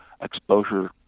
exposure